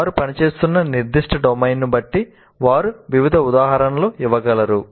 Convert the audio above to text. వారు పనిచేస్తున్న నిర్దిష్ట డొమైన్ను బట్టి వారు వివిధ ఉదాహరణలు ఇవ్వగలరు